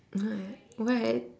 what what